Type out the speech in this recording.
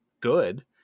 good